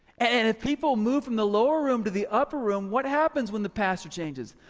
and if people move from the lower room to the upper room, what happens when the pastor changes,